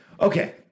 Okay